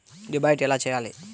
Deposit ఎలా చెయ్యాలి?